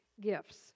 gifts